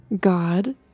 God